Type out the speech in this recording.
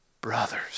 brothers